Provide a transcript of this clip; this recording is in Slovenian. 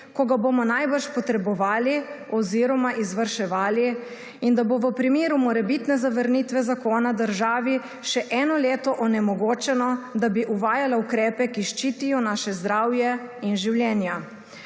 ko ga bomo najbrž potrebovali oziroma izvrševali, in da bo v primeru morebitne zavrnitve zakona državi še eno leto onemogočeno, da bi uvajala ukrepe, ki ščitijo naše zdravje in življenja,